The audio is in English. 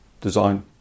design